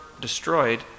destroyed